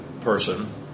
person